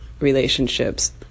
relationships